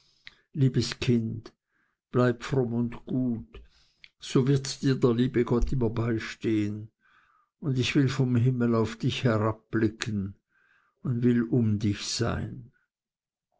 liebes kind bleibe fromm und gut so wird dir der liebe gott immer beistehen und ich will vom himmel auf dich herabblicken und will um dich sein